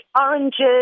oranges